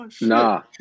Nah